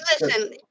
Listen